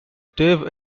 dave